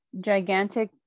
gigantic